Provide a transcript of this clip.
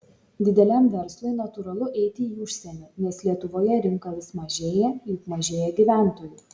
dideliam verslui natūralu eiti į užsienį nes lietuvoje rinka vis mažėja juk mažėja gyventojų